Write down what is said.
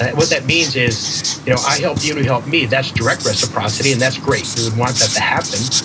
what that means is you know i help you, you help me. that's direct reciprocity and that's great, we would want that to happen.